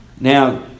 now